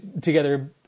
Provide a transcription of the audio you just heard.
together